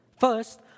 First